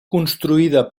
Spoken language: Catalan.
construïda